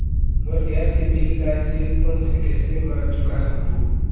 मोर gas के bill ला cell phone से कैसे म चुका सकबो?